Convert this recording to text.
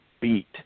beat